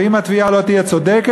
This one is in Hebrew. אם התביעה לא תהיה צודקת,